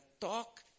talk